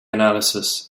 analysis